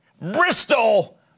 Bristol